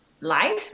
life